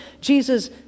Jesus